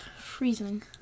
freezing